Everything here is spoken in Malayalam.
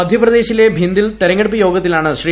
മധ്യ പ്രദേശിലെ ഭിന്ദിൽ തെരഞ്ഞെടുപ്പ് യോഗത്തി ലാണ് ശ്രീ